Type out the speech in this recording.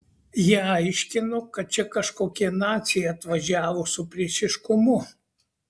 jie aiškino kad čia kažkokie naciai atvažiavo su priešiškumu